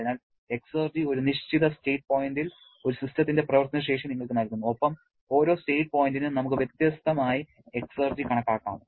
അതിനാൽ എക്സർജി ഒരു നിശ്ചിത സ്റ്റേറ്റ് പോയിന്റിൽ ഒരു സിസ്റ്റത്തിന്റെ പ്രവർത്തന ശേഷി നിങ്ങൾക്ക് നൽകുന്നു ഒപ്പം ഓരോ സ്റ്റേറ്റ് പോയിന്റിനും നമുക്ക് വ്യത്യസ്തമായി എക്സർജി കണക്കാക്കാം